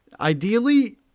Ideally